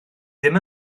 ddim